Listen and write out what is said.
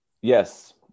yes